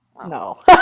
No